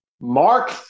Mark